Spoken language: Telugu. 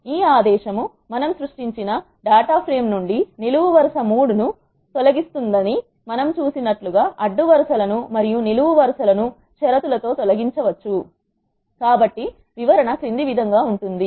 ఈ ఆదేశం మనం సృష్టించిన డేటా ప్రేమ్ నుండి నిలువు వరస 3 ను తొలగిస్తుందని మనం చూసినట్లుగా అడ్డు వరుస లను మరియు నిలువు వరుస లను షరతులతో తొలగించవచ్చు కాబట్టి వివరణ క్రింది విధంగా ఉంటుంది